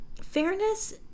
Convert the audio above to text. fairness